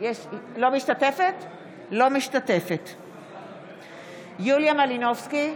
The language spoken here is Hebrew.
אינה משתתפת בהצבעה יוליה מלינובסקי,